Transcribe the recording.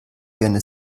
wie